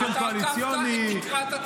הסכם קואליציוני --- אתה עקפת את התקרה,